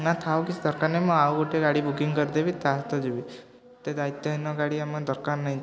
ନା ଥାଉ କିଛି ଦରକାର ନାଇଁ ମୁଁ ଆଉ ଗୋଟେ ଗାଡ଼ି ବୁକିଙ୍ଗ୍ କରିଦେବି ତା' ସହିତ ଯିବି ଏତେ ଦାୟିତ୍ୱହୀନ ଗାଡ଼ି ଆମର ଦରକାର ନାଇଁ